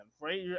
right